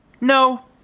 No